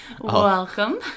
welcome